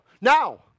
Now